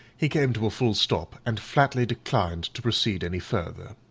he came to a full stop and flatly declined to proceed any further.